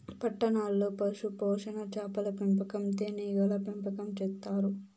పట్టణాల్లో పశుపోషణ, చాపల పెంపకం, తేనీగల పెంపకం చేత్తారు